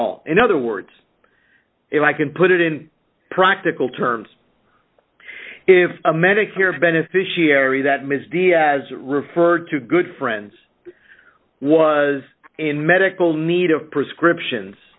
all in other words if i can put it in practical terms if a medicare beneficiary that ms diaz referred to good friends was in medical need of prescriptions